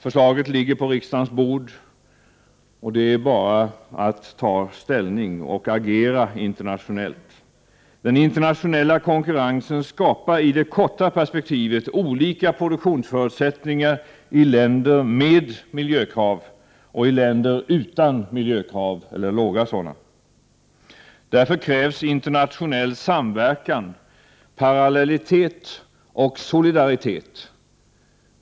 Förslaget ligger nu på riksdagens bord, och det är bara att ta ställning och agera internationellt. Den internationella konkurrensen skapar i det korta perspektivet olika produktionsförutsättningar i länder med miljökrav och i länder utan eller med låga sådana. Därför krävs internationell samverkan, parallellitet och solidaritet.